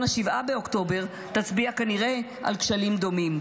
7 באוקטובר תצביע כנראה על כשלים דומים.